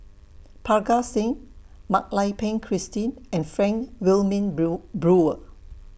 Parga Singh Mak Lai Peng Christine and Frank Wilmin Bill Brewer